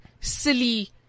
silly